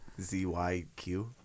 Z-Y-Q